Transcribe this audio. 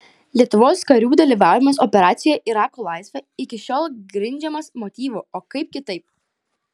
lietuvos karių dalyvavimas operacijoje irako laisvė iki šiol grindžiamas motyvu o kaip kitaip